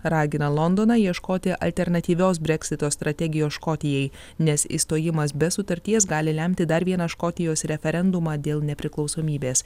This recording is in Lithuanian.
ragina londoną ieškoti alternatyvios breksito strategijos škotijai nes išstojimas be sutarties gali lemti dar vieną škotijos referendumą dėl nepriklausomybės